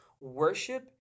worship